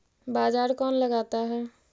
बाजार कौन लगाता है?